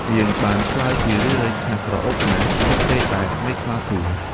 នាងបានឆ្លើយជារឿយៗថាក្រអូបណាស់ គ្រប់ពេលដែលមេខ្លាសួរ។